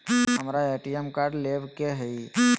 हमारा ATM card लेव के हई